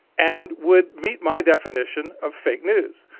and would meet my definition of fake news.